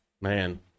Man